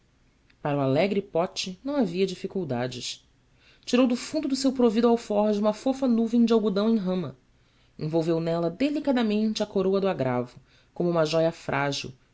para o alegre pote não havia dificuldades tirou do fundo do seu provido alforje uma fofa nuvem de algodão em rama envolveu nela delicadamente a coroa do agravo como uma jóia frágil